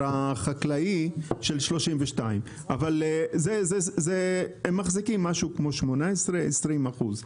החקלאי של 32. אבל הם מחזיקים משהו כמו 18%-20%.